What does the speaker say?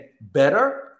better